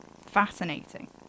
Fascinating